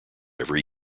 every